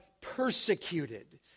persecuted